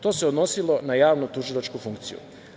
To se odnosilo na javno-tužilačku funkciju.